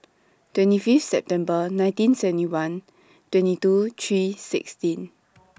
twenty Fifth September nineteen seventy one twenty two three sixteen